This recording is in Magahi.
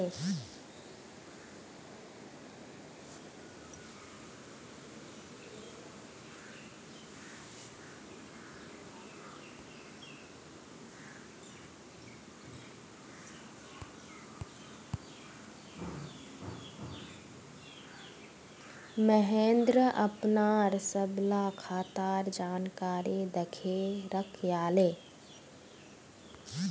महेंद्र अपनार सबला खातार जानकारी दखे रखयाले